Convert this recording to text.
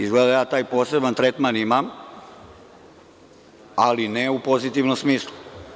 Izgleda da ja taj poseban tretman imam, ali ne u pozitivnom smislu.